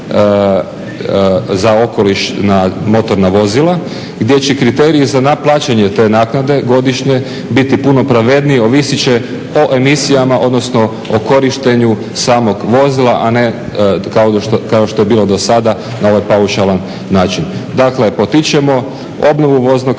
za okoliš na motorna vozila gdje će kriterij za plaćanje te godišnje naknade biti puno pravedniji. Ovisit će o emisijama odnosno o korištenju samog vozila, a ne kao što je bilo do sada na ovaj paušalan način. Dakle potičemo obnovu voznog